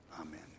amen